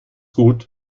gut